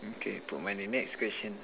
okay put my name next question